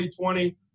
2020